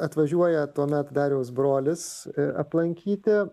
atvažiuoja tuomet dariaus brolis aplankyti